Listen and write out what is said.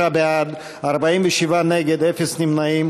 63 בעד, 47 נגד, אפס נמנעים.